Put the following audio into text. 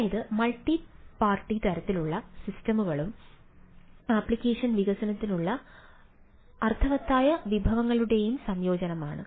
അതായത് multi party തരത്തിലുള്ള സിസ്റ്റങ്ങളുടെയും ആപ്ലിക്കേഷൻ വികസനത്തിനായി അർത്ഥവത്തായ വിഭവങ്ങളുടെയും സംയോജനമുണ്ട്